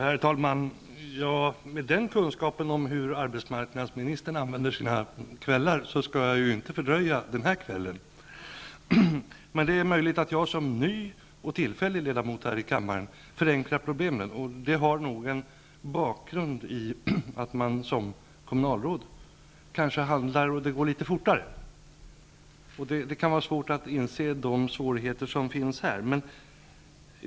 Herr talman! Med kunskap om hur arbetsmarknadsministern använder sina kvällar skall jag inte fördröja honom denna kväll. Det är möjligt att jag som ny och tillfällig ledamot här i kammaren förenklar problemen. Det har nog sin bakgrund i att man som kommunalråd kan ske handlar litet fortare. Det kan vara svårt att inse de svårigheter som finns här.